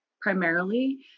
primarily